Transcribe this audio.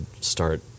start